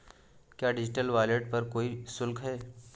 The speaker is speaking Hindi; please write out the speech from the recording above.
क्या डिजिटल वॉलेट पर कोई शुल्क है?